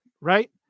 right